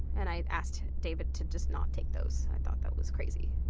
and i asked david to just not take those, i thought that was crazy.